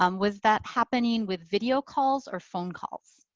um was that happening with video calls or phone calls?